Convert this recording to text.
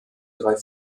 drei